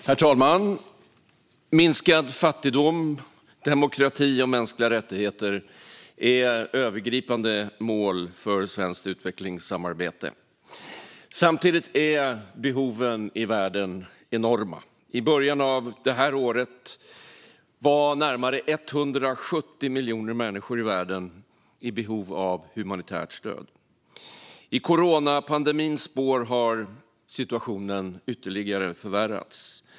Herr talman! Minskad fattigdom samt demokrati och mänskliga rättigheter är övergripande mål för svenskt utvecklingssamarbete. Samtidigt är behoven i världen enorma. I början av det här året var närmare 170 miljoner människor i världen i behov av humanitärt stöd. I coronapandemins spår har situationen ytterligare förvärrats.